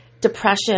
depression